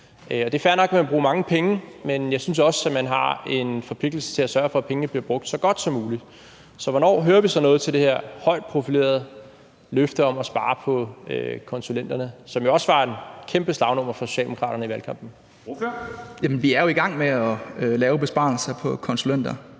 Det er fair nok, at man vil bruge mange penge, men jeg synes også, at man har en forpligtelse til at sørge for, at pengene bliver brugt så godt som muligt. Så hvornår hører vi så noget til det her højt profilerede løfte om at spare på konsulenterne, som jo også var et kæmpe slagnummer for Socialdemokratiet i valgkampen? Kl. 09:31 Formanden (Henrik Dam Kristensen):